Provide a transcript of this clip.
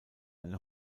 eine